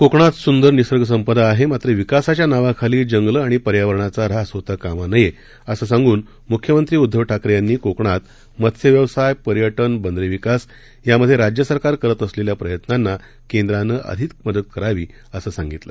कोकणात सुंदर निसर्ग संपदा आहे मात्र विकासाच्या नावाखाली जंगलं आणि पर्यावरणाचा ऱ्हास होता कामा नये असं सांगून मुख्यमंत्री उद्धव ठाकरे यांनी कोकणात मत्स्य व्यवसाय पर्यटन बंदरे विकास यामध्ये राज्य सरकार करीत असलेल्या प्रयत्नांना केंद्राने अधिक मदत करावी असे सांगितले